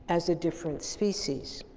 as a different species.